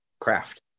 craft